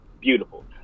Beautiful